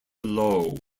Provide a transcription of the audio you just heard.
below